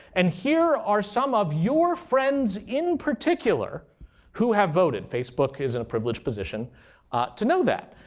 and here are some of your friends in particular who have voted. facebook is in a privileged position to know that.